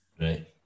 Right